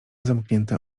zamknięte